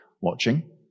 watching